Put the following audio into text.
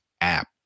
app